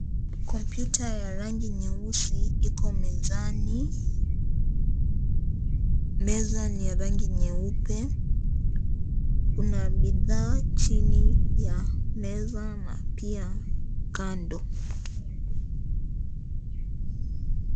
Kompyuta ya rangi nyeusi iko mezani ,meza ni ya rangi nyeupe kuna bidhaa chini ya meza na pia kando.